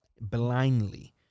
blindly